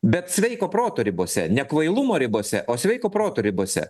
bet sveiko proto ribose ne kvailumo ribose o sveiko proto ribose